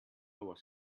was